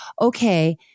okay